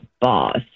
boss